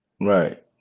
right